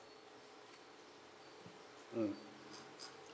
mm